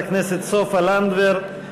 לנדבר,